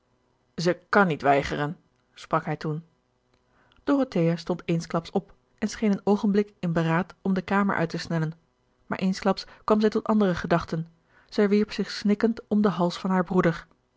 zij kan niet weigeren sprak hij toen dorothea stond eensklaps op en scheen een oogenblik in beraad om de kamer uit te snellen maar eensklaps kwam zij tot andere gedachten zij wierp zich snikkend om den hals van haar broeder